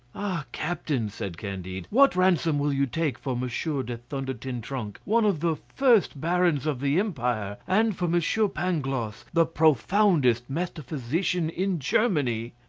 captain, said candide, what ransom will you take for monsieur de thunder-ten-tronckh, one of the first barons of the empire, and for monsieur pangloss, the profoundest metaphysician in germany?